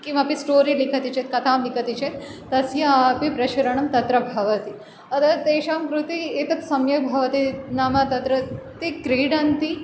किमपि स्टोरि लिखति चेत् कथां लिखति चेत् तस्यापि प्रसरणं तत्र भवति अतः तेषां कृते एतत् सम्यक् भवति नाम तत्र ते क्रीडन्ति